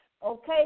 Okay